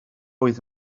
oedd